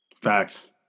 Facts